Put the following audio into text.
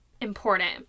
important